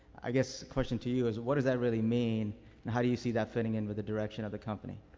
i guess my question to you is what does that really mean and how do you see that fitting in with the direction of the company?